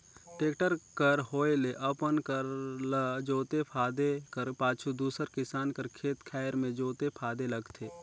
tractor कर होए ले अपन कर ल जोते फादे कर पाछू दूसर किसान कर खेत खाएर मे जोते फादे लगथे